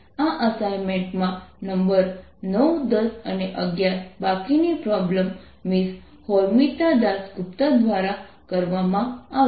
આ અસાઇનમેન્ટ માં નંબર 9 10 અને 11 બાકીની પ્રોબ્લેમ મિસ હોરમિતા દાસ ગુપ્તા દ્વારા કરવામાં આવશે